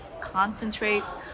concentrates